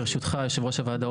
יושב ראש הוועדה,